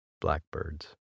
blackbirds